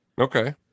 okay